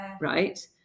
right